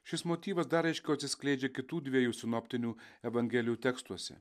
šis motyvas dar aiškiau atsiskleidžia kitų dviejų sinoptinių evangelijų tekstuose